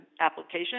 application